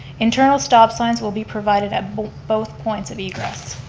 internal stop signs will be provided at both both points of egress.